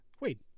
Wait